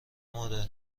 مادر